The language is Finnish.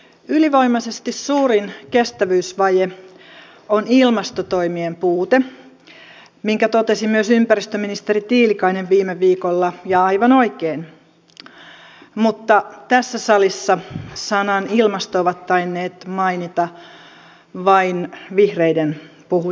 ylivoimaisesti suurin kestävyysvaje on ilmastotoimien puute minkä totesi myös ympäristöministeri tiilikainen viime viikolla ja aivan oikein mutta tässä salissa sanan ilmasto ovat tainneet mainita vain vihreiden puhujat